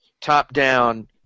top-down